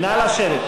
אדוני,